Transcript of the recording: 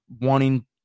wanting